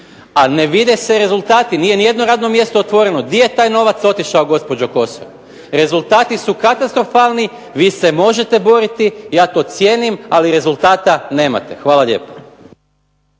a ne vide se rezultati. Nije niti jedno radno mjesto otvoreno. Gdje je taj novac otišao gospođo Kosor? Rezultati su katastrofalni. Vi se možete boriti, ja to cijenim, ali rezultata nemate. Hvala lijepo.